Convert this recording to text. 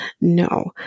no